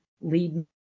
lead